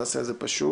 נעשה את זה פשוט.